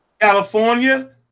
California